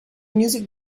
music